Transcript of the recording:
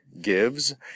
gives